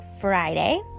Friday